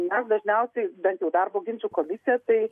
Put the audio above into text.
mes dažniausiai bent jau darbo ginčų komisija tai